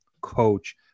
coach